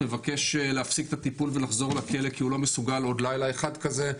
מבקש להפסיק את הטיפול ולחזור לכלא כי הוא לא מסוגל עוד לילה אחד כזה.